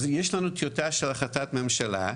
יש לנו טיוטה של החלטת ממשלה,